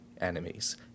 enemies